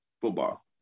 football